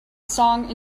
song